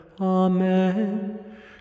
Amen